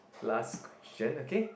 last Christianity